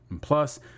Plus